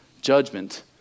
judgment